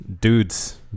dudes